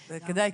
זה כדאי,